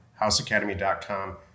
houseacademy.com